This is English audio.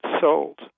sold